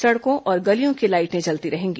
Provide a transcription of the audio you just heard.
सड़कों और गलियों की लाइटें जलती रहेंगी